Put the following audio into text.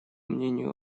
мнению